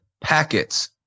packets